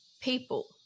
people